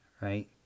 right